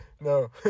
No